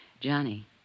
Johnny